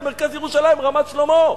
במרכז ירושלים,